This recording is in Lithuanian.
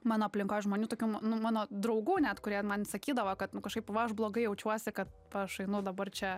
mano aplinkoj žmonių tokių nu mano draugų net kurie man sakydavo kad nu kažkaip va aš blogai jaučiuosi kad va aš einu dabar čia